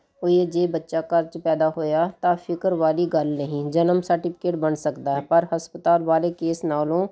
ਕੋਈ ਜੇ ਬੱਚਾ ਘਰ 'ਚ ਪੈਦਾ ਹੋਇਆ ਤਾਂ ਫਿਕਰ ਵਾਲੀ ਗੱਲ ਨਹੀਂ ਜਨਮ ਸਰਟੀਫਿਕੇਟ ਬਣ ਸਕਦਾ ਪਰ ਹਸਪਤਾਲ ਵਾਲੇ ਕੇਸ ਨਾਲੋਂ